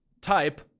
Type